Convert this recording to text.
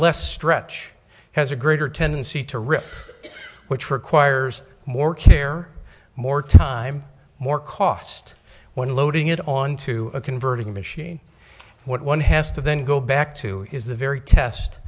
less stretch has a greater tendency to rip which requires more care more time more cost when loading it onto a converting machine one has to then go back to is the very test